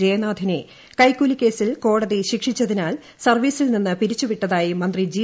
ജയനാഥിനെ കൈക്കൂല്പി കേസിൽ കോടതി ശിക്ഷിച്ചതിനാൽ സർവീസിൽ നിന്ന് പിരിച്ചു വിട്ടതായി മന്ത്രി ജി